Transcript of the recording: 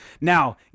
Now